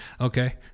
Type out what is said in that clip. Okay